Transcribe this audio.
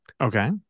okay